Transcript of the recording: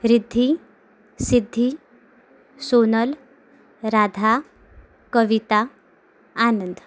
Riddhi Siddhi Sonal Radha Kavita Anand